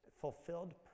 fulfilled